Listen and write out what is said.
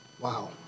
Wow